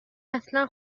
اصلا